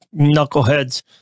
knuckleheads